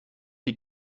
die